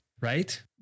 Right